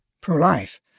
pro-life